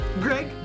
Greg